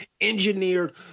engineered